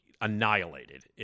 annihilated